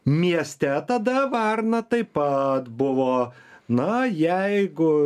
mieste tada varna taip pat buvo na jeigu